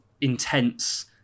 intense